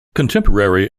contemporary